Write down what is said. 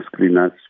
screeners